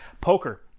poker